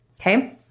okay